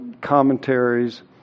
commentaries